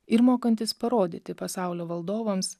ir mokantys parodyti pasaulio valdovams